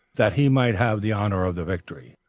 that he might have the honor of the victory.